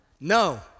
no